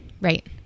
Right